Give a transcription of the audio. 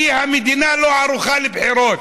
כי המדינה לא ערוכה לבחירות.